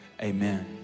Amen